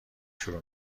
شروع